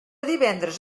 divendres